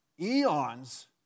eons